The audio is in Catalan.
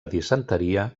disenteria